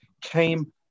came